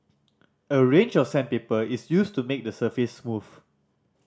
a range of sandpaper is used to make the surface smooth